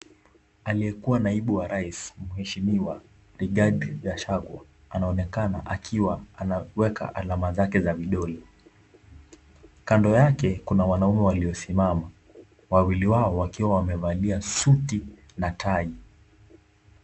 Aliyekuwa naibu wa rais mheshimiwa Rigathi Gachagua anaonekana akiwa anaweka alama zake za vidole. Kando yake kuna wanaume waliosimama wawili wao wakiwa wamevalia suti na tai.